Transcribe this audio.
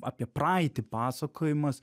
apie praeitį pasakojimas